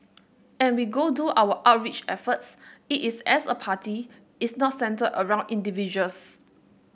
and we go do our outreach efforts it is as a party it's not centred around individuals